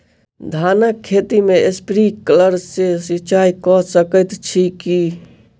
धानक खेत मे स्प्रिंकलर सँ सिंचाईं कऽ सकैत छी की?